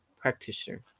practitioner